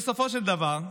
בסופו של דבר,